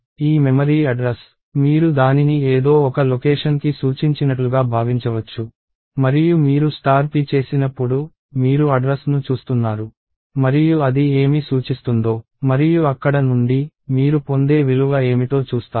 ఈ memory address మీరు దానిని ఏదో ఒక లొకేషన్ కి సూచించినట్లుగా భావించవచ్చు మరియు మీరు p చేసినప్పుడు మీరు అడ్రస్ ను చూస్తున్నారు మరియు అది ఏమి సూచిస్తుందో మరియు అక్కడ నుండి మీరు పొందే విలువ ఏమిటో చూస్తారు